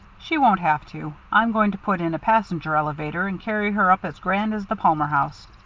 she won't have to. i'm going to put in a passenger elevator, and carry her up as grand as the palmer house.